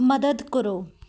ਮਦਦ ਕਰੋ